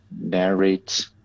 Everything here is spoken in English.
narrate